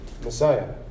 Messiah